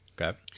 Okay